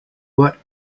worked